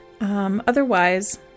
Otherwise